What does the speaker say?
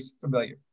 familiar